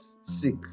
sick